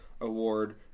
Award